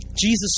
Jesus